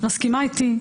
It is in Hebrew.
את מסכימה איתי,